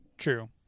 True